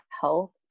health